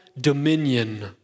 dominion